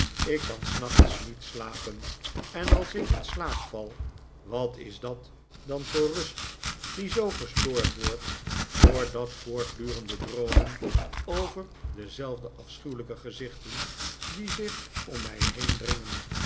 ik kan s nachts niet slapeh en als ik in slaap val wat is dat dan voor rust die zoo gestoord wordt door dat voortdurende droomen over dezelfde afschuwelijke gezichten die zich om mij heen dringen